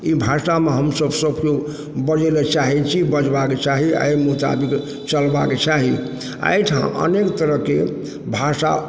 ई भाषामे हमसब सब केओ बाजै लए चाहै छी बजबाक चाही अहि मोताबिक चलबाके चाही अहिठाम अनेक तरहके भाषा